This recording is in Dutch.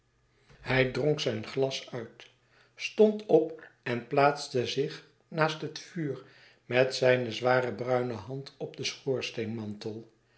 hij dronk zijn glas uit stond op en plaatste zich naast het vuur met zijne zware bruine hand op den